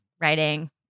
writing